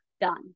done